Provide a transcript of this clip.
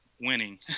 winning